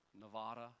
Nevada